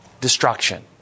destruction